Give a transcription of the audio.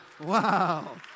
wow